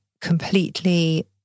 completely